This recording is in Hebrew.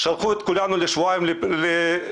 שלחו את כולנו לשבועיים לפגרה,